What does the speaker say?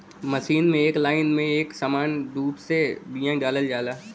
machine से एक line में एक समान रूप से बिया डालल जाला